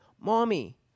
mommy